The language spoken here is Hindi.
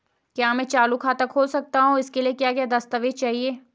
क्या मैं चालू खाता खोल सकता हूँ इसके लिए क्या क्या दस्तावेज़ चाहिए?